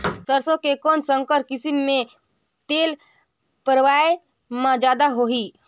सरसो के कौन संकर किसम मे तेल पेरावाय म जादा होही?